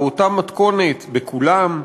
באותה מתכונת בכולם?